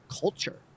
culture